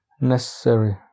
necessary